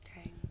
Okay